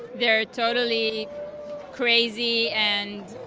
they are totally crazy and